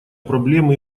проблемы